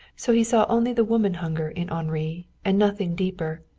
so he saw only the woman hunger in henri, and nothing deeper.